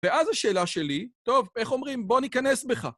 ואז השאלה שלי, טוב, איך אומרים, בוא ניכנס בך.